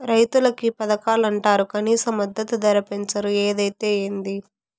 రైతులకి పథకాలంటరు కనీస మద్దతు ధర పెంచరు ఏదైతే ఏంది